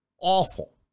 Awful